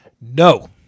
No